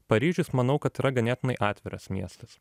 paryžius manau kad yra ganėtinai atviras miestas